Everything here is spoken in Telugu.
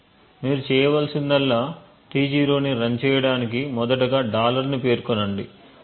మీరు చేయవలసిందల్లా T0 ను రన్ చేయడానికి మొదటగా ను పేర్కొనండి ఆపై